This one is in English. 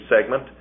segment